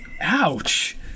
Ouch